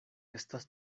estas